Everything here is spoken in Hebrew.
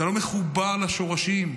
אתה לא מחובר לשורשים,